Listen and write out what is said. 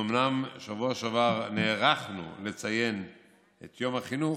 אומנם בשבוע שעבר נערכנו לציין את יום החינוך,